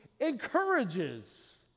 encourages